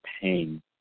pain